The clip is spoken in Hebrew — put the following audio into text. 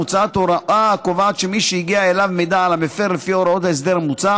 מוצעת הוראה הקובעת שמי שהגיע אליו מידע על המפר לפי הוראות ההסדר המוצע